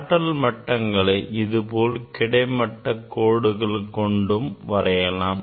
ஆற்றல் மையங்களை இதுபோல் கிடைமட்டக் கோடுகள் கொண்டும் வரையலாம்